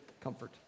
comfort